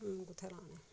हून कुत्थै लाने